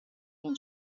این